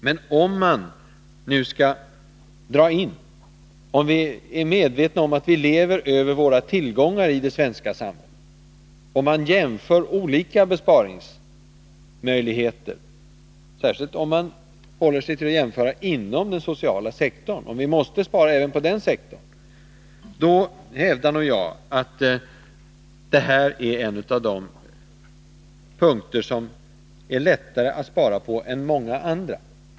Men om man nu skall dra in, om vi är medvetna om att vi lever över våra tillgångar i det svenska samhället, om vi jämför olika besparingsmöjligheter och särskilt om vi håller oss till att göra jämförelser inom den sociala sektorn — vi måste spara även på den — hävdar jag att det här är en av de punkter som det är lättare att spara på än på många andra.